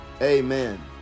amen